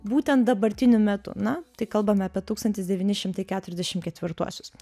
būtent dabartiniu metu na tai kalbame apie tūkstantis devyni šimtai keturiasdešim ketvirtuosius